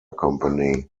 company